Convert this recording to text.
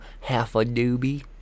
half-a-doobie